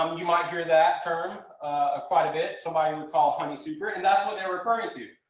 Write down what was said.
um you might hear that term a quite a bit. some might i mean call a honey super. and that's when they were referring to,